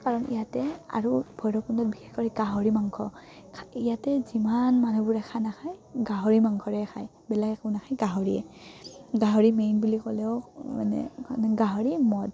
কাৰণ ইয়াতে আৰু ভৈৰৱকুণ্ডত বিশেষ কৰি গাহৰি মাংস ইয়াতে যিমান মানুহবোৰে খানা খাই গাহৰি মাংসৰে খায় বেলেগ একো নাখায় গাহৰিয়ে গাহৰি মেইন বুলি ক'লেও মানে গাহৰি মদ